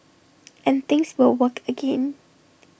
and things will work again